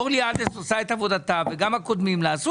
אורלי עדס עושה את עבודתה וגם הקודמים לה עשו